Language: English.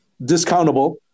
discountable